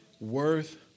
worth